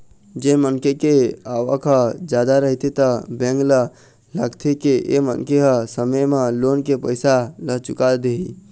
जेन मनखे के आवक ह जादा रहिथे त बेंक ल लागथे के ए मनखे ह समे म लोन के पइसा ल चुका देही